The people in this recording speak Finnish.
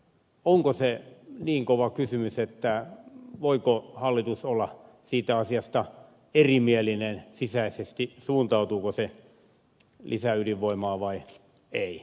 onko se niin kova kysymys että hallitus voi olla siitä asiasta erimielinen sisäisesti suuntautuuko se lisäydinvoimaan vai ei